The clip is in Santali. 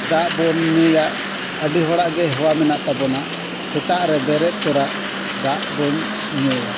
ᱫᱟᱜ ᱵᱚᱱ ᱧᱩᱭᱟ ᱟᱹᱰᱤ ᱦᱚᱲᱟᱜ ᱜᱮ ᱦᱮᱣᱟ ᱢᱮᱱᱟᱜ ᱛᱟᱵᱚᱱᱟ ᱥᱮᱛᱟᱜ ᱨᱮ ᱵᱮᱨᱮᱫ ᱛᱚᱨᱟ ᱫᱟᱜ ᱵᱚᱱ ᱧᱩᱭᱟ